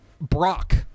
Brock